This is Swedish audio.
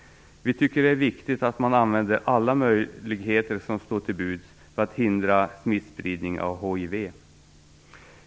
Vi tycker att det är viktigt att man använder alla möjligheter som står till buds för att hindra smittspridning av hiv.